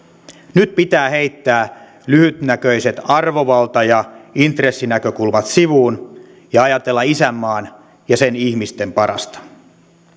nyt pitää heittää lyhytnäköiset arvovalta ja intressinäkökulmat sivuun ja ajatella isänmaan ja sen ihmisten parasta